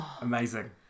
Amazing